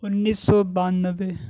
انیس سو بانوے